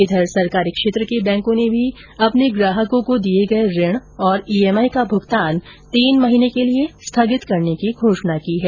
इधर सरकारी क्षेत्र के बैंकों ने भी अपने ग्राहकों को दिये गये ऋण और ईएमआई का भुगतान तीन महीने के लिए स्थगित करने की घोषणा की है